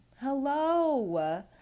Hello